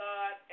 God